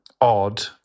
odd